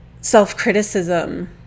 self-criticism